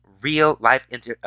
real-life